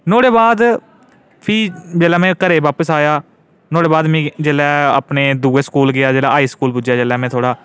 नुहाड़े बाद फ्ही जिसलै में घरै गी बापस आया नुहाड़े बाद जेह्लै में अपने दूए स्कूल गेआ हाई स्कू्ल गेआ बोआएज हाई स्कैंडरी स्कूल पुज्जेआ जिसलै में एन सी सी रक्खी नुहाड़े बाद फ्ही जेह्लै में